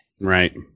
Right